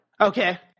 Okay